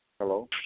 Hello